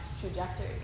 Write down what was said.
trajectory